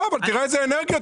אבל תראה איזה אנרגיה.